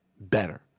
better